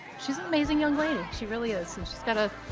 she's an amazing young lady, she really is and she's got a